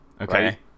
Okay